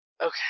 Okay